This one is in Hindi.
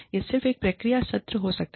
यह सिर्फ एक प्रतिक्रिया सत्र हो सकता है